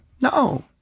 no